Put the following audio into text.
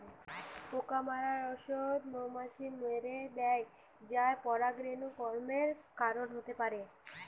পোকা মারার ঔষধ মৌমাছি মেরে দ্যায় যা পরাগরেণু কমের কারণ হতে পারে